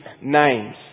names